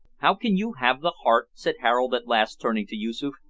how can you have the heart, said harold at last turning to yoosoof,